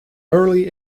early